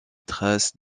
traces